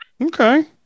Okay